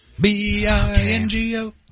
B-I-N-G-O